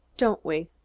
don't we?